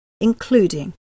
including